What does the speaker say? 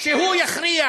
שהוא יכריע